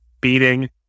beating